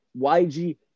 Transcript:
YG